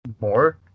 more